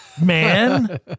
man